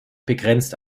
begrenzt